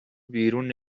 بیرون